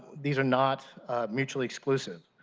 these are not mutually exclusive.